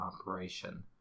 operation